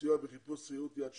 סיוע בחיפוש ציוד יד שנייה,